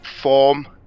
form